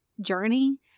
journey